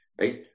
Right